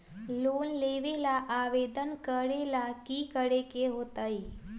Loan लेबे ला आवेदन करे ला कि करे के होतइ?